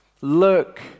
look